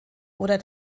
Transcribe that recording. oder